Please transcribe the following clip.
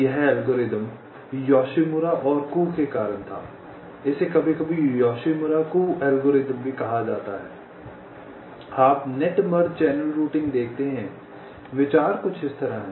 यह algorithm Yoshimura और Kuh के कारण था इसे कभी कभी योशिमुरा कुह एल्गोरिथ्म भी कहा जाता है आप नेट मर्ज चैनल रूटिंग देखते हैं विचार कुछ इस तरह है